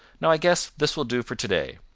now i guess this will do for to-day.